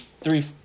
three